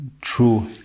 true